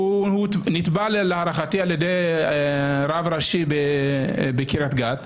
הוא נתבע להערכתי על ידי רב ראשי בקריית גת,